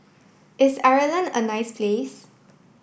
is Ireland a nice place